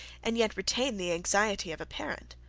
and yet retain the anxiety of a parent!